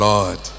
Lord